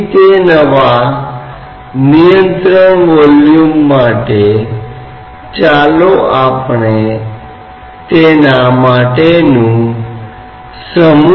तो गेज दबाव का मतलब है कि वायुमंडलीय दबाव के सापेक्ष कोई भी दबाव